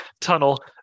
tunnel